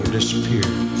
disappeared